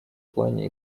плане